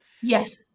yes